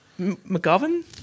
McGovern